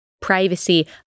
privacy